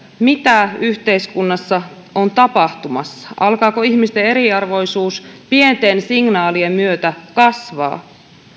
mitä yhteiskunnassa on tapahtumassa alkaako ihmisten eriarvoisuus pienten signaalien myötä kasvaa